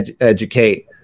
educate